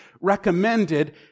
recommended